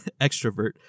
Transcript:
extrovert